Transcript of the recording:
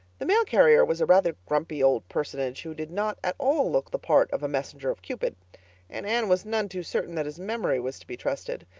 the mail carrier was a rather grumpy old personage who did not at all look the part of a messenger of cupid and anne was none too certain that his memory was to be trusted.